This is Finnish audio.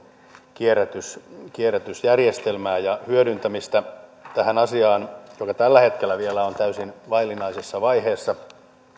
kierrätysjärjestelmää ja hyödyntämistä tähän asiaan joka tällä hetkellä vielä on täysin vaillinaisessa vaiheessa